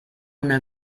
una